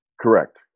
Correct